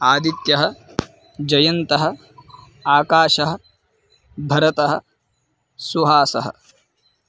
आदित्यः जयन्तः आकाशः भरतः सुहासः